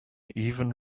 even